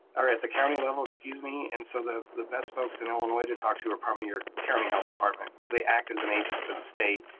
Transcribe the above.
or at the county level, excuse me, and so the the best folks in illinois to talk are probably your county health department, cause they act as an agent for the state.